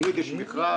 תמיד יש מכרז.